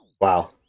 Wow